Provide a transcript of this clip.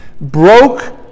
broke